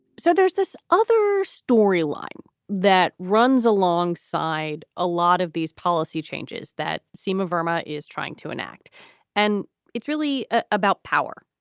so there's this other story line that runs alongside a lot of these policy changes that seem obama is trying to enact and it's really ah about power.